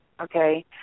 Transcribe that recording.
Okay